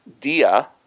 Dia